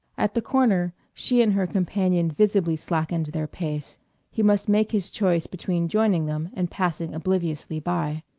at the corner she and her companion visibly slackened their pace he must make his choice between joining them and passing obliviously by.